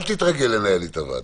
אל תתרגל לנהל לי את הוועדה.